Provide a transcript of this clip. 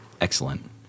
Excellent